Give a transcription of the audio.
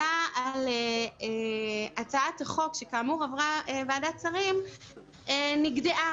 על הצעת החוק שעברה ועדת שרים נגדעה.